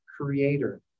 creator